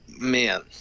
Man